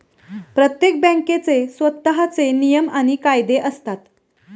प्रत्येक बँकेचे स्वतःचे नियम आणि कायदे असतात